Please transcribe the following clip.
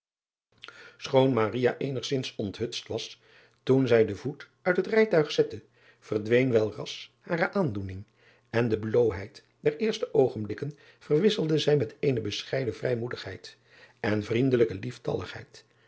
choon eenigzins onthutst was toen zij den voet uit het rijtuig zette verdween welras hare aandoening en de bloôheid der eerste oogenblikken verwisselde zij met eene bescheiden vrijmoedigheid en vriendelijke lieftaligheid